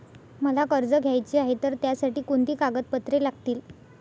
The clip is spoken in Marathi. मला कर्ज घ्यायचे आहे तर त्यासाठी कोणती कागदपत्रे लागतील?